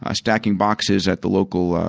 ah stacking boxes at the local